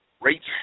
Rates